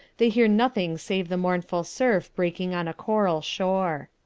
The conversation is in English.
they hear nothing save the mournful surf breaking on a coral shore.